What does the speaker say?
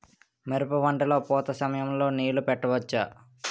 మిరప పంట లొ పూత సమయం లొ నీళ్ళు పెట్టవచ్చా?